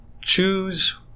choose